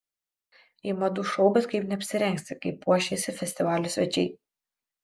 į madų šou bet kaip neapsirengsi kaip puošėsi festivalio svečiai